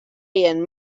and